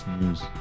news